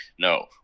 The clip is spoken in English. no